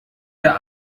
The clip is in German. der